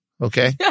Okay